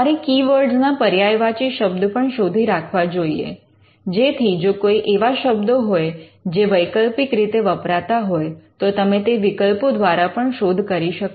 તમારે keyword ના પર્યાયવાચી શબ્દો પણ શોધી રાખવા જોઈએ જેથી જો કોઈ એવા શબ્દો હોય જે વૈકલ્પિક રીતે વપરાતા હોય તો તમે તે વિકલ્પો દ્વારા પણ શોધ કરી શકો